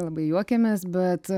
labai juokėmės bet